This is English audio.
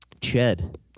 Chad